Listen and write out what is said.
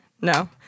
No